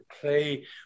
play